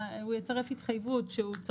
מתוך הצעת חוק התכנית הכלכלית (תיקוני חקיקה